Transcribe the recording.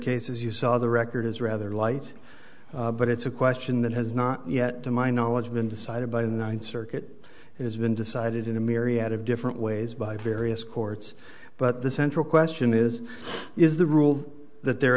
case as you saw the record is rather light but it's a question that has not yet to my knowledge been decided by the ninth circuit it has been decided in a myriad of different ways by various courts but the central question is is the rule that there